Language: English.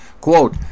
Quote